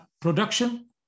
production